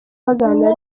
baganira